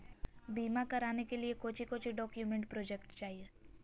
बीमा कराने के लिए कोच्चि कोच्चि डॉक्यूमेंट प्रोजेक्ट चाहिए?